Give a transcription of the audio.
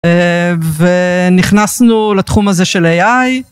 ונכנסנו לתחום הזה של איי איי.